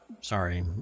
Sorry